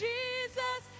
Jesus